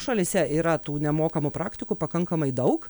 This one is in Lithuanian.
šalyse yra tų nemokamų praktikų pakankamai daug